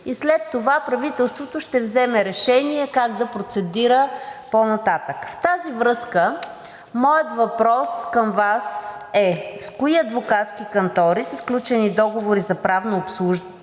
и след това правителството ще вземе решение как да процедира по-нататък. В тази връзка, моят въпрос към Вас е: с кои адвокатски кантори са сключени договори за правно обслужване